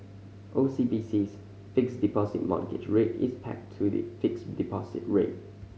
O C B C's Fixed Deposit Mortgage Rate is pegged to the fixed deposit rate